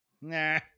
Nah